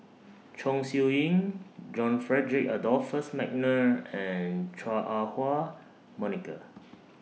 Chong Siew Ying John Frederick Adolphus Mcnair and Chua Ah Huwa Monica